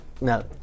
no